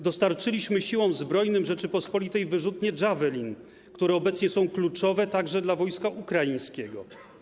Dostarczyliśmy Siłom Zbrojnym Rzeczypospolitej wyrzutnie Javelin, które obecnie są kluczowe także dla wojska ukraińskiego.